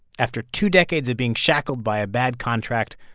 after two decades of being shackled by a bad contract,